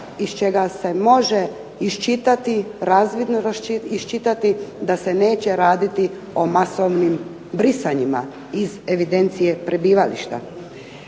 iz čega se može iščitati, razvidno iščitati da se neće raditi o masovnim brisanjima iz evidencije prebivališta.